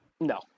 No